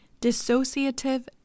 dissociative